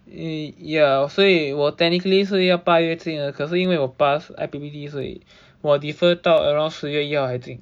ya ya 所以我 technically 是要八月进的可是因为我 pass I_P_P_T 所以我 defer 到 around 十月一号才进